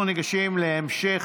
אנחנו ניגשים להמשך